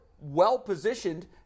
well-positioned